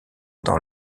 dans